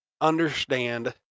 understand